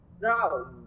No